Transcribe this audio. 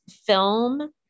film